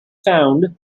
found